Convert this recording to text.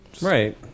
Right